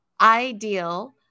ideal